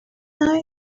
night